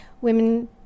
women